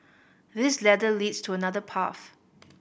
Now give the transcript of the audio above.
this ladder leads to another path